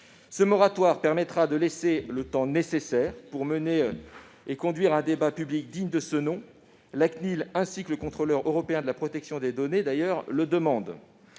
Ce moratoire permettra de prendre le temps nécessaire pour mener et conduire un débat public digne de ce nom. La CNIL ainsi que le Contrôleur européen de la protection des données le demandent.